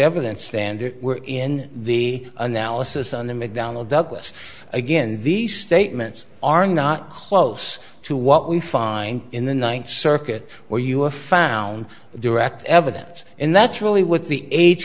evidence standard we're in the analysis on the mcdonnell douglas again these statements are not close to what we find in the ninth circuit where you have found the direct evidence and that's really what the a